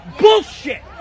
bullshit